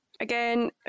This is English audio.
Again